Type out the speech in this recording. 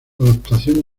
adaptación